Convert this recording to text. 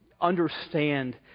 understand